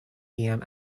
iam